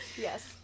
Yes